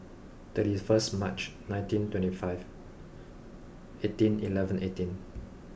thirties first March nineteen twenty five eighteen eleven eighteen